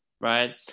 right